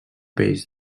peix